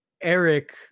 eric